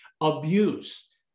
abuse